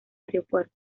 aeropuerto